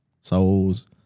Souls